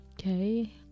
okay